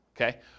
okay